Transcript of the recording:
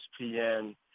ESPN